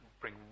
bring